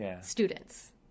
students